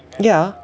yeah